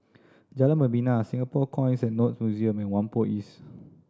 Jalan Membina Singapore Coins and Notes Museum and Whampoa East